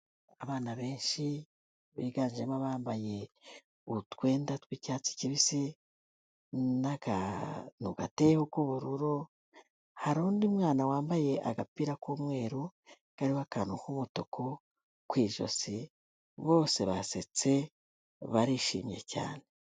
Abana benshi biganjemo abambaye utwenda tw'icyatsi kibisi n'akantu gateyeho k'ubururu; hari undi mwana wambaye agapira k'umweru kariho akantu k'umutuku ku ijosi, bose basetse, barishimye cyane.